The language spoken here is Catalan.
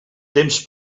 temps